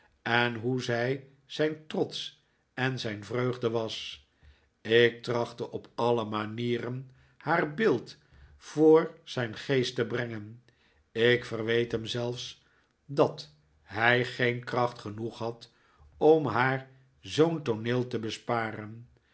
en hoe zij zijn trots en zijn vreugde was ik trachtte op alle manieren haar beeld voor zijn geest te brengen ik verweet hem zelfs dat hij geen kracht genoeg had om haar zoo'n tooneel te besparen